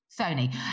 Sony